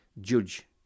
judge